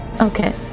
Okay